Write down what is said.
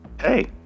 Hey